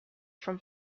from